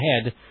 ahead